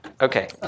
Okay